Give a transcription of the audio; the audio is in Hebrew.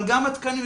אבל גם עם התקנים.